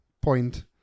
point